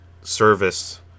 service